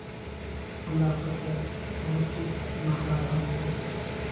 हमरा सभके बहुत चीज महंगा भऽ गेलै